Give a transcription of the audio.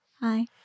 Hi